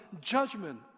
judgment